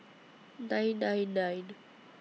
nine nine nine